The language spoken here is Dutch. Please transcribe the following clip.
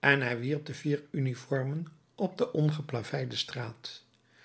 en hij wierp de vier uniformen op de ongeplaveide straat